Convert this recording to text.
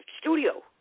studio